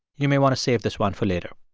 you may want to save this one for later.